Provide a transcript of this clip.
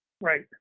Right